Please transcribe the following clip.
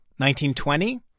1920